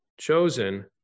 chosen